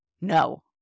No